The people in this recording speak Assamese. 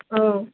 অঁ